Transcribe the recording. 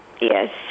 Yes